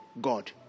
God